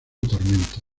tormentas